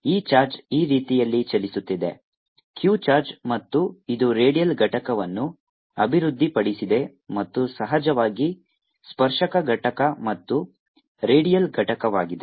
ಮತ್ತು ಈ ಚಾರ್ಜ್ ಈ ರೀತಿಯಲ್ಲಿ ಚಲಿಸುತ್ತಿದೆ q ಚಾರ್ಜ್ ಮತ್ತು ಇದು ರೇಡಿಯಲ್ ಘಟಕವನ್ನು ಅಭಿವೃದ್ಧಿಪಡಿಸಿದೆ ಮತ್ತು ಸಹಜವಾಗಿ ಸ್ಪರ್ಶಕ ಘಟಕ ಮತ್ತು ರೇಡಿಯಲ್ ಘಟಕವಾಗಿದೆ